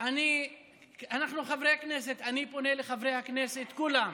אני פונה לחברי הכנסת כולם,